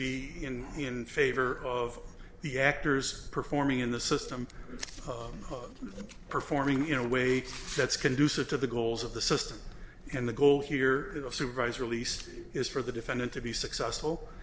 be in favor of the actors performing in the system of performing in a way that's conducive to the goals of the system and the goal here in the supervisor least is for the defendant to be successful